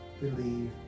believe